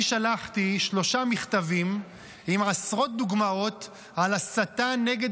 אני שלחתי שלושה מכתבים עם עשרות דוגמאות על הסתה נגד